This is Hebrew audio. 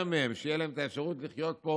מהם ותהיה להם את האפשרות לחיות פה